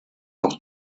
auch